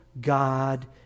God